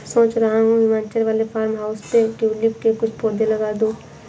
सोच रहा हूं हिमाचल वाले फार्म हाउस पे ट्यूलिप के कुछ पौधे लगा दूं